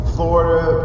Florida